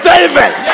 David